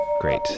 Great